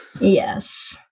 yes